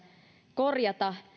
korjata